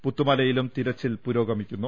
പുത്തുമലയിലും തിരച്ചിൽ പുരോഗമി ക്കുന്നു